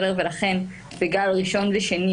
לכן בגל ראשון ושני,